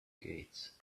gates